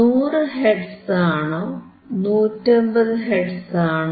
100 hertz ആണോ 150 hertz ആണോ